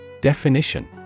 Definition